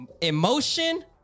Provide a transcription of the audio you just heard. emotion